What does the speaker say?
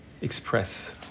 express